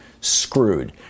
screwed